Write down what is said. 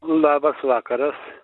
labas vakaras